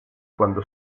cuando